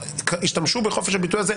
השתמשו בחופש הביטוי הזה,